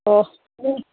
ꯑꯣ